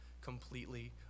completely